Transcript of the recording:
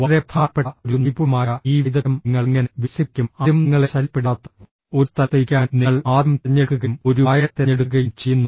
വളരെ പ്രധാനപ്പെട്ട ഒരു നൈപുണ്യമായ ഈ വൈദഗ്ദ്ധ്യം നിങ്ങൾ എങ്ങനെ വികസിപ്പിക്കും ആരും നിങ്ങളെ ശല്യപ്പെടുത്താത്ത ഒരു സ്ഥലത്ത് ഇരിക്കാൻ നിങ്ങൾ ആദ്യം തിരഞ്ഞെടുക്കുകയും ഒരു വായന തിരഞ്ഞെടുക്കുകയും ചെയ്യുന്നു